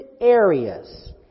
areas